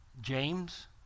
James